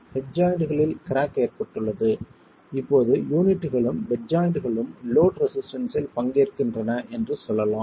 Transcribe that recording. head ஜாய்ண்ட்களில் crack ஏற்பட்டுள்ளது இப்போது யூனிட் களும் பெட் ஜாய்ண்ட் களும் லோட் ரெசிஸ்டன்ஸ்ஸில் பங்கேற்கின்றன என்று சொல்லலாம்